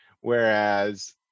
whereas